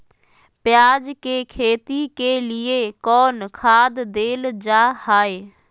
प्याज के खेती के लिए कौन खाद देल जा हाय?